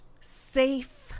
Safe